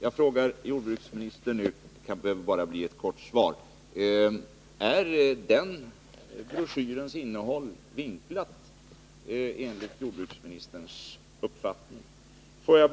Jag frågar nu jordbruksministern — det behöver bara bli ett kort svar: Är enligt jordbruksministerns uppfattning den broschyrens innehåll vinklat?